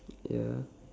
ya